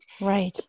right